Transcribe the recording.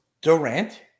Durant